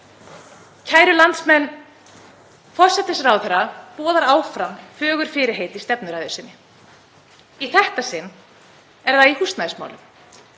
Kæru landsmenn. Forsætisráðherra boðar áfram fögur fyrirheit í stefnuræðu sinni. Í þetta sinn er það í húsnæðismálum